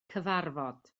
cyfarfod